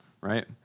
right